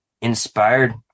inspired